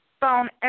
phone